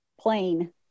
Plain